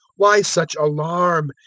why such alarm?